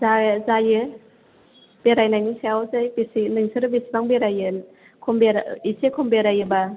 जा जायो बेरायनायनि सायावसै बेसे नोंसोर बेसेबां बेरायो एसे खम बेरायोबा